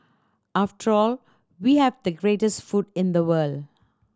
after all we have the greatest food in the world